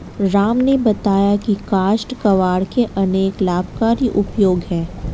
राम ने बताया की काष्ठ कबाड़ के अनेक लाभकारी उपयोग हैं